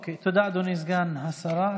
תודה, אדוני סגן השרה.